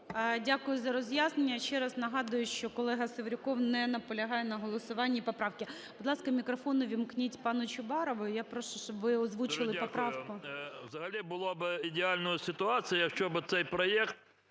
Дякую за роз'яснення. Ще раз нагадую, що колега Севрюков не наполягає на голосуванні поправки. Будь ласка, мікрофон увімкніть пану Чубарову і я прошу, щоб ви озвучили поправку. 17:25:50 ЧУБАРОВ Р.А. Дуже дякую. Взагалі була би ідеальна ситуація, якщо би цей проект